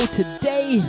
today